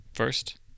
First